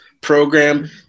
program